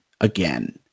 again